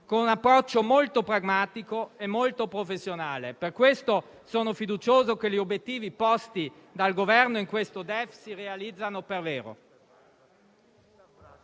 con un approccio molto pragmatico e professionale. Per questo sono fiducioso che gli obiettivi posti dal Governo in questo DEF si realizzeranno davvero.